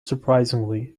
surprisingly